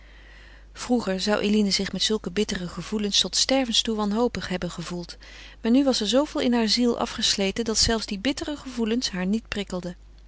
vroeger zou eline zich met zulke bittere gevoelens tot stervens toe wanhopig hebben gevoeld maar nu was er zooveel in hare ziel afgesleten dat zelfs die bittere gevoelens haar niet prikkelden